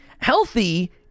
Healthy